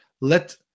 Let